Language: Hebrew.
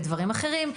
בדברים אחרים.